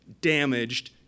damaged